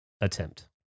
attempt